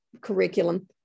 curriculum